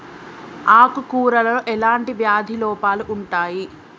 ఆకు కూరలో ఎలాంటి వ్యాధి లోపాలు ఉంటాయి?